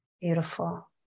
Beautiful